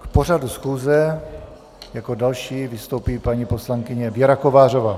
K pořadu schůze jako další vystoupí paní poslankyně Věra Kovářová.